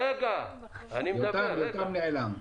יותם נעלם.